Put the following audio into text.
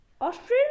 Australia